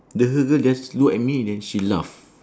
the her girl just look at me then she laugh